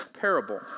parable